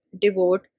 devote